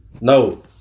No